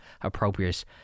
appropriate